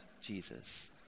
Jesus